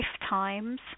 lifetimes